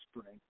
spring